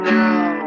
now